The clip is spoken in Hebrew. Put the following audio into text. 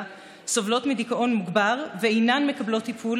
סובלות מדיכאון מוגבר ואינן מקבלות טיפול,